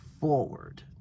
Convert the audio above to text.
forward